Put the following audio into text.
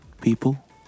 people